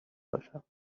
باشم